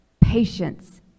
patience